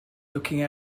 looking